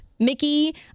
Mickey